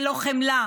ללא חמלה,